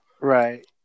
Right